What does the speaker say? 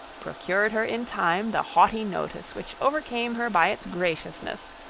procured her in time the haughty notice which overcame her by its graciousness,